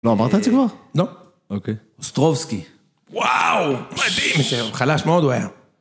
לא אמרת את זה כבר? לא. אוקיי. סטרובסקי. וואו! מדהים! חלש מאוד הוא היה.